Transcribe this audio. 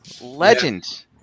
legend